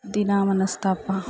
ದಿನಾ ಮನಸ್ತಾಪ